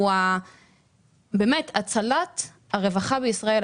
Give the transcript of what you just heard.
הוא באמת הצלת הרווחה בישראל,